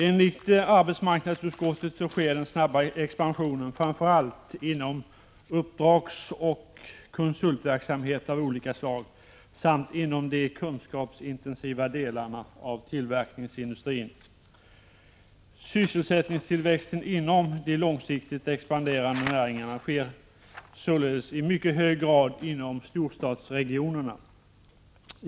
Enligt arbetsmarknadsutskottet sker den snabba expansionen framför allt inom uppdragsoch konsultverksamhet av olika slag samt inom de kunskapsintensiva delarna av tillverkningsindustrin. Sysselsättningstillväxten inom de | långsiktigt expanderande näringarna sker således i mycket hög grad inom storstadsregionerna.